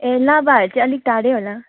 ए लाभाहरू चाहिँ अलिक टाढै होला